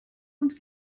und